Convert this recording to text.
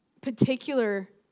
particular